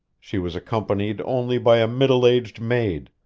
she was accompanied only by a middle-aged maid,